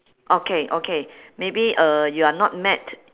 okay okay maybe uh you are not mad